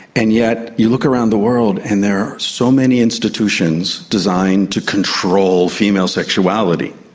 and yet you look around the world and there are so many institutions designed to control female sexuality.